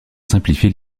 simplifier